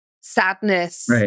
sadness